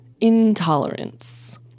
Intolerance